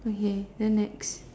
okay then next